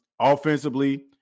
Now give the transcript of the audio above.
Offensively